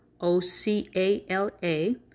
O-C-A-L-A